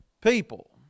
people